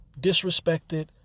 disrespected